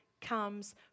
comes